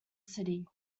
city